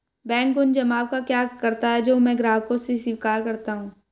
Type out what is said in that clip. Bank उन जमाव का क्या करता है जो मैं ग्राहकों से स्वीकार करता हूँ?